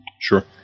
sure